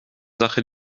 sache